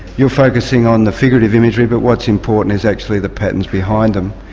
you're focusing on the figurative imagery, but what's important is actually the patterns behind them.